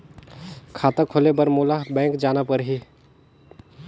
खाता खोले बर मोला बैंक जाना परही?